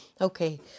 Okay